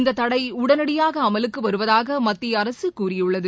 இந்த தடை உடனடியாக அமலுக்கு வருவதாக மத்திய அரசு கூறியுள்ளது